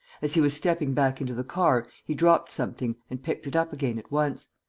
as he was stepping back into the car, he dropped something and picked it up again at once.